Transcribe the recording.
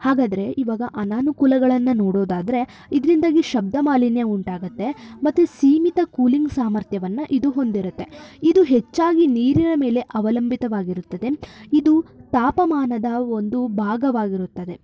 ಹಾಗಾದರೆ ಈವಾಗ ಅನನುಕೂಲಗಳನ್ನು ನೋಡೋದಾದ್ರೆ ಇದರಿಂದಾಗಿ ಶಬ್ದ ಮಾಲಿನ್ಯ ಉಂಟಾಗತ್ತೆ ಮತ್ತು ಸೀಮಿತ ಕೂಲಿಂಗ್ ಸಾಮರ್ಥ್ಯವನ್ನು ಇದು ಹೊಂದಿರತ್ತೆ ಇದು ಹೆಚ್ಚಾಗಿ ನೀರಿನ ಮೇಲೆ ಅವಲಂಬಿತವಾಗಿರುತ್ತದೆ ಇದು ತಾಪಮಾನದ ಒಂದು ಭಾಗವಾಗಿರುತ್ತದೆ